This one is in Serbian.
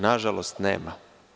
Nažalost, nema.